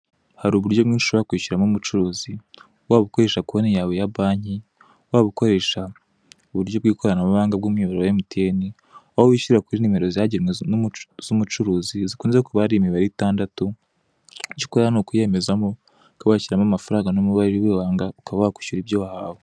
Hari uburyo bumwe ushobora kwishyuramo umucuruzi, waba ukoresha konti yawe ya banki, waba ukoresha uburyo bw'ikoranabuhanga bw'umuyoboro wa emutiyeni, waba wishyura kuri nimero zagenwe z'umucuruzi zikunze kuba ari imibare itandandatu, icyo ukora ni ukuyemezamo, ukaba washyiramo amafaranga n'umubare w'ibanga, ukaba wakwishyura ibyo wahawe.